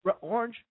orange